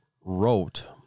wrote